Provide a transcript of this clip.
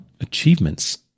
achievements